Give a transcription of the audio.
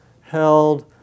held